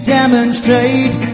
demonstrate